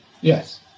Yes